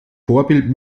vorbild